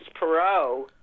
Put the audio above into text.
Perot